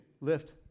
lift